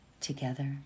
together